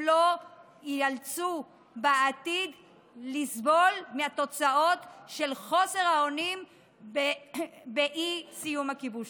לא ייאלצו בעתיד לסבול מהתוצאות של חוסר האונים באי-סיום הכיבוש.